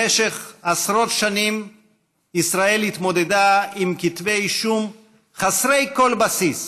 במשך עשרות שנים ישראל התמודדה עם כתבי אישום חסרי כל בסיס: